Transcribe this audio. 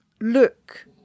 look